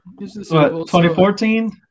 2014